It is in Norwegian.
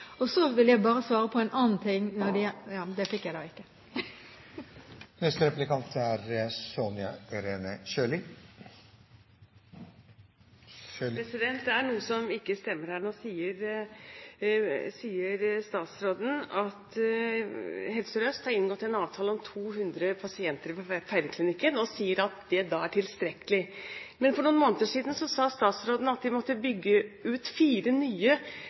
på. Så vil jeg bare svare på en annen ting .– Men det fikk jeg da ikke. Det er noe som ikke stemmer her. Nå sier statsråden at Helse Sør-Øst har inngått en avtale om 200 pasienter ved Feiringklinikken, og sier at det da er tilstrekkelig. Men for noen måneder siden sa statsråden at de måtte bygge ut fire nye